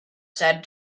said